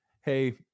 Hey